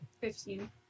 Fifteen